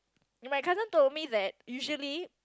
my cousin told me that usually